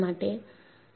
માટે છે